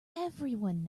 everyone